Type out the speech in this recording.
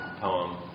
poem